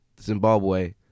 Zimbabwe